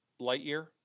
Lightyear